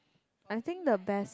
I think the best